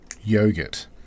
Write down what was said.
Yogurt